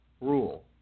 rule